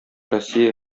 россия